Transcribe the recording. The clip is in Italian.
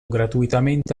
gratuitamente